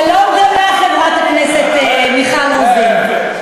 שלום גם לך, חברת הכנסת מיכל רוזין.